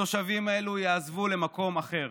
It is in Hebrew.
התושבים האלה יעזבו למקום אחר,